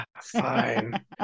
Fine